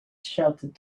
shouted